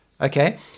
Okay